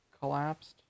collapsed